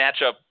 matchup